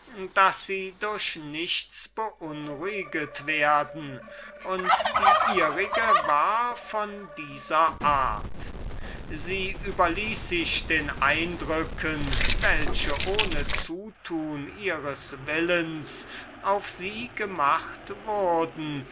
daß sie durch nichts beunruhiget werden und die ihrige war von dieser art sie überließ sich den eindrücken welche ohne zutun ihres willens auf sie gemacht wurden